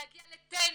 להגיע לטניס,